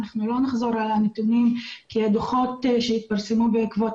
אנחנו לא נחזור על הנתונים כי הדו"חות שהתפרסמו בעקבות